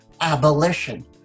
abolition